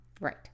Right